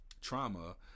trauma